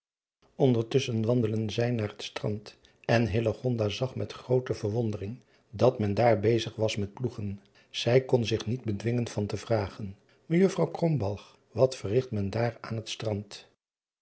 ndertusschen wandelden zij naar het strand en zag met groote verwondering dat men daar bezig was met ploegen ij kon zich niet bedwingen van te vragen ejuffrouw wat verrigt men daar aan het strand